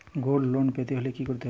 Gold loan পেতে হলে কি করতে হবে?